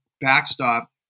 backstop